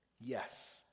Yes